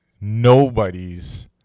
nobody's